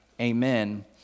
Amen